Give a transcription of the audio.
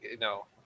No